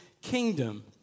kingdom